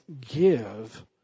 give